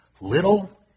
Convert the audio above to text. Little